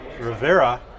Rivera